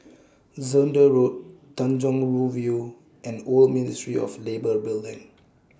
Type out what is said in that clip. Zehnder Road Tanjong Rhu View and Old Ministry of Labour Building